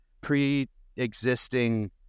pre-existing